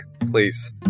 please